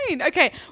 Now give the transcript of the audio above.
Okay